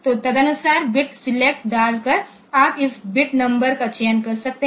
तो तदनुसार bit select डालकर आप इस बिट नंबर का चयन कर सकते हैं